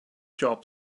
job